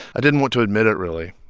i didn't want to admit it, really,